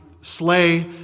slay